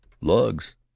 lugs